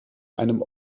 einem